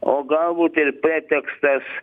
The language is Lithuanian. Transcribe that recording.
o galbūt ir pretekstas